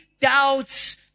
doubts